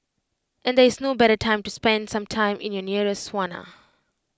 and there is no better time to spend some time in your nearest sauna